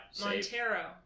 montero